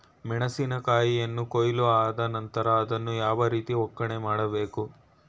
ಮೆಣಸಿನ ಕಾಯಿಯನ್ನು ಕೊಯ್ಲು ಆದ ನಂತರ ಅದನ್ನು ಯಾವ ರೀತಿ ಒಕ್ಕಣೆ ಮಾಡಬೇಕು?